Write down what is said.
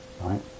right